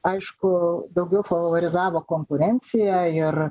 aišku daugiau favorizavo konkurenciją ir